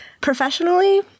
Professionally